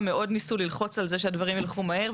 מאוד ניסו ללחוץ על זה שהדברים ילכו מהר,